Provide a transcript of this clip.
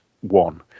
one